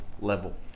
level